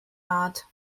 art